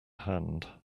hand